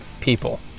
people